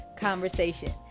conversation